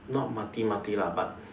not Mati Mati lah but